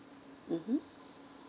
(uh huh)